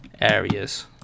areas